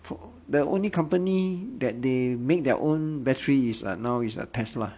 the only company that they make their own battery is uh now is uh tesla